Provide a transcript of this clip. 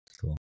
Cool